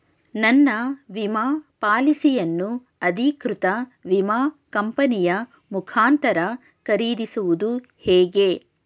ನನ್ನ ವಿಮಾ ಪಾಲಿಸಿಯನ್ನು ಅಧಿಕೃತ ವಿಮಾ ಕಂಪನಿಯ ಮುಖಾಂತರ ಖರೀದಿಸುವುದು ಹೇಗೆ?